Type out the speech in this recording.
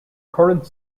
current